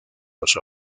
los